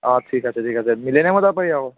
অঁ ঠিক আছে ঠিক আছে মিলেনিয়ামত যাব পাৰি আৰু